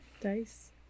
dice